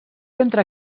entre